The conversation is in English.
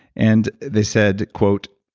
and they said, quote,